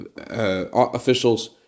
officials